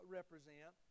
represent